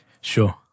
Sure